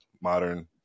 modern